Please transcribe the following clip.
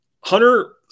Hunter